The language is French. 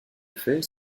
fait